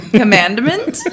commandment